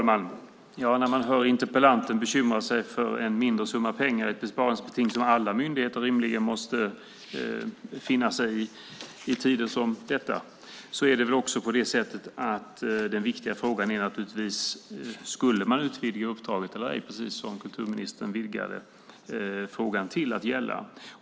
Herr talman! Interpellanten bekymrar sig för en mindre summa pengar i ett besparingsbeting som alla myndigheter rimligen måste finna sig i under tider som denna. Men det viktiga är naturligtvis om man skulle utvidga uppdraget eller ej, precis som kulturministern vidgade frågan till att gälla.